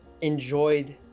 enjoyed